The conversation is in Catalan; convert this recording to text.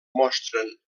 mostren